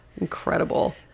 Incredible